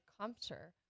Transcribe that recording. compter